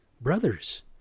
brothers